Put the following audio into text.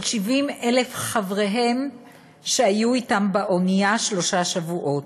70,000 חבריהם שהיו אתם באונייה שלושה שבועות.